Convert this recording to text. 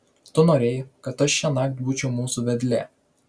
tu norėjai kad aš šiąnakt būčiau mūsų vedlė